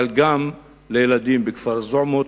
אבל גם על הילדים בכפר עזמוט,